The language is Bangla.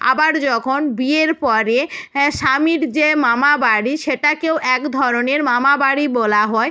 আবার যখন বিয়ের পরে হ্যাঁ স্বামীর যে মামা বাড়ি সেটাকেও এক ধরনের মামা বাড়ি বলা হয়